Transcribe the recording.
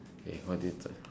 eh what did you